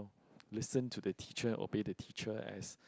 listen to the teacher obey the teacher as